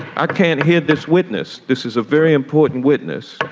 i can't hear this witness. this is a very important witness.